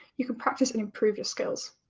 you can practise and improve your skills.